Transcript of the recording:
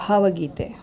ಭಾವಗೀತೆ